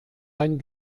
ein